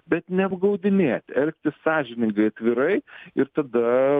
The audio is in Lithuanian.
bet neapgaudinėti elgtis sąžiningai atvirai ir tada